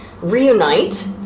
reunite